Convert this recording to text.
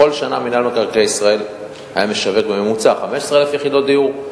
בכל שנה מינהל מקרקעי ישראל היה משווק בממוצע 15,000 יחידות דיור,